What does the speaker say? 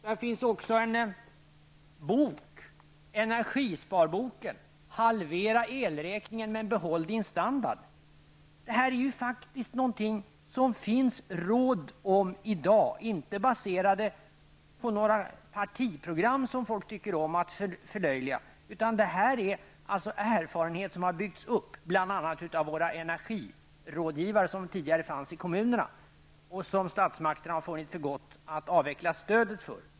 Det finns även en bok som heter Energisparboken, med rubriken Halvera elräkningen men behåll din standard. Detta är faktiskt något som det finns råd om i dag, inte baserade på några partiprogram som folk tycker om att förlöjliga, utan detta är erfarenhet som har byggts upp bl.a. av våra energirådgivare som tidigare fanns i kommunerna, men som statsmakterna har funnit för gott att avveckla stödet till.